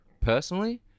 personally